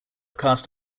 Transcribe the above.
cast